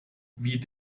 wie